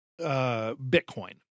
Bitcoin